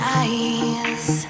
eyes